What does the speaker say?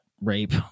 rape